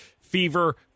fever